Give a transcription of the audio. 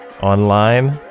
Online